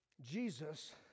Jesus